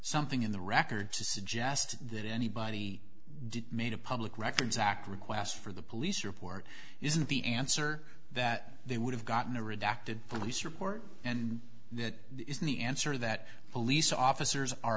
something in the record to suggest that anybody did made a public records act request for the police report isn't the answer that they would have gotten a redacted police report and that isn't the answer that police officers are